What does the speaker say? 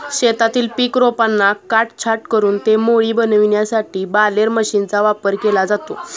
शेतातील पीक रोपांना काटछाट करून ते मोळी बनविण्यासाठी बालेर मशीनचा वापर केला जातो